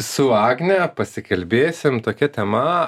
su agne pasikalbėsim tokia tema